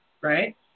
Right